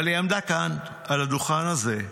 אבל היא עמדה כאן, על הדוכן הזה,